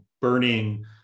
burning